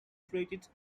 treated